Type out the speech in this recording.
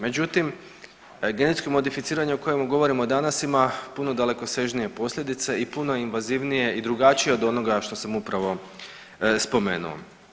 Međutim genetsko modificiranje o kojem govorimo danas ima puno dalekosežnije posljedice i puno je invazivnije i drugačije od onoga što sam upravo spomenuo.